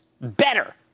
better